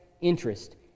interest